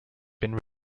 been